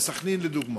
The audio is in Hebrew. בסח'נין לדוגמה.